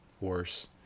worse